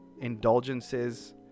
indulgences